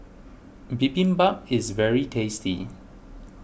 Bibimbap is very tasty